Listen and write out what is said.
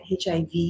hiv